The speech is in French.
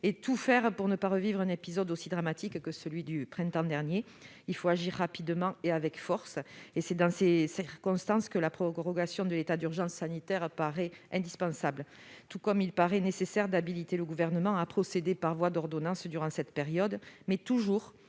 de tout faire pour ne pas revivre un épisode aussi dramatique que celui du printemps dernier. Il faut agir rapidement et avec force. C'est dans ces circonstances que la prorogation de l'état d'urgence sanitaire paraît indispensable, tout comme il paraît nécessaire d'habiliter le Gouvernement à procéder par voie d'ordonnance durant cette période, mais toujours